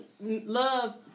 love